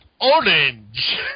orange